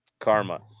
karma